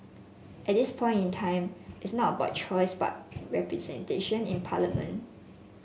at this point in time it's not about choice but representation in parliament